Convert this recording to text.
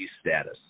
status